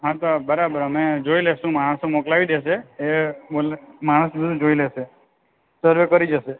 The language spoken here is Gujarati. હાં તો બરાબર અમે જોઈ લઈશું માણસો મોકલાવી દેશે એ માણસ બધું જોઈ લેશે સર્વે કરી જશે